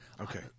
Okay